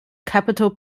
capital